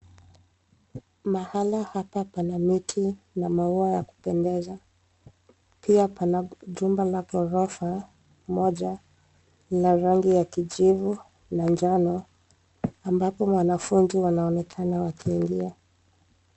Mahala hapa pana miti na maua ya kupendeza. Pia pana jumba la ghorofa moja la rangi ya kijivu na njano ambapo wanafunzi wanaonekana waki ingia.